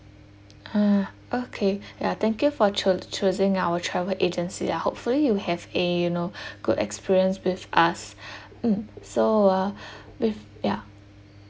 ah okay ya thank you for cho~ choosing our travel agency lah hopefully you have a you know good experience with us mm so uh with ya